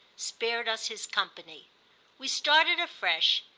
spared us his company we started afresh,